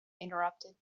interrupted